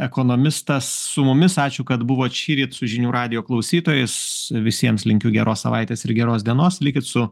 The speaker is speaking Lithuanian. ekonomistas su mumis ačiū kad buvot šįryt su žinių radijo klausytojais visiems linkiu geros savaitės ir geros dienos likit su